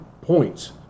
points